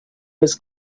was